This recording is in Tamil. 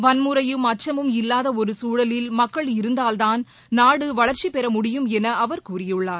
வன்முறையும் அச்சமும் இல்லாத ஒரு சூழலில் மக்கள் இருந்தால்தான் நாடு வளர்ச்சி பெற முடியும் என அவர் கூறியுள்ளார்